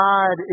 God